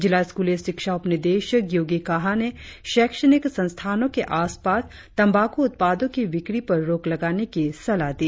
जिला स्कूली शिक्षा उप निदेशक गियोगी कहा ने शैक्षणिक संस्थानों के आस पास तंबाकू उत्पादों की बिक्री पर रोक लगाने की सलाह दी